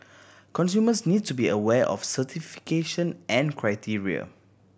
consumers need to be aware of certification and criteria